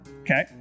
Okay